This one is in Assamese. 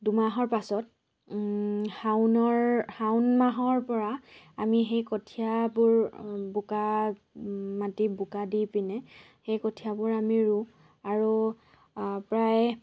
দুমাহৰ পাছত শাওনৰ শাওণ মাহৰ পৰা আমি সেই কঠীয়াবোৰ বোকা মাটি বোকা দি পিনে সেই কঠীয়াবোৰ আমি ৰুওঁ আৰু প্ৰায়